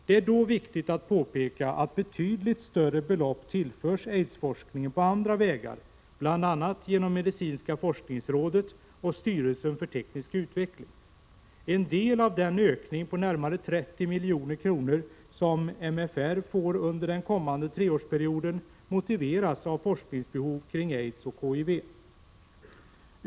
Det är då viktigt att påpeka att betydligt större belopp tillförs aidsforskningen på andra vägar, bl.a. genom medicinska forskningsrådet och styrelsen för teknisk utveckling. En del av den ökning på närmare 30 milj.kr. som MFR får under den kommande treårsperioden motiveras av forskningsbehov kring aids och HIV.